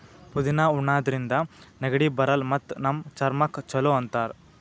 ಪುದಿನಾ ಉಣಾದ್ರಿನ್ದ ನೆಗಡಿ ಬರಲ್ಲ್ ಮತ್ತ್ ನಮ್ ಚರ್ಮಕ್ಕ್ ಛಲೋ ಅಂತಾರ್